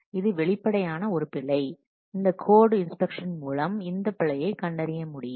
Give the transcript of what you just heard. இது வெளிப்படையாக ஒரு பிழை இந்த கோட் இன்ஸ்பெக்ஷன் மூலம் இந்த பிழையை கண்டறிய முடியும்